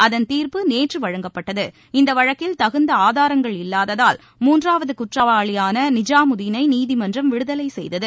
இதன் தீர்ப்பு நேற்று வழங்கப்பட்டது இந்த வழக்கில் தகுந்த ஆதாரங்கள் இல்லாததால் மூன்றாவது குற்றவாளியான நிஜாமுதீனை நீதிமன்றம் விடுதலை செய்தது